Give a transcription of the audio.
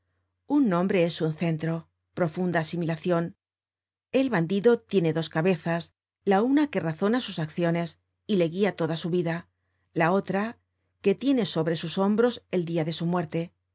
un nombre es un centro profunda asimilacion el bandido tiene dos cabezas la una que razona sus acciones y le guia toda su vida la otra que tiene sobre sus hombros el dia de su muerte